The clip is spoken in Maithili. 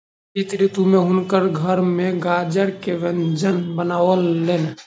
शीत ऋतू में हुनकर घर में गाजर के व्यंजन बनलैन